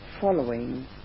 following